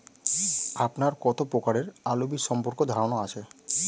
আপনার কত প্রকারের আলু বীজ সম্পর্কে ধারনা আছে?